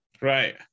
Right